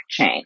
blockchain